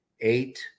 eight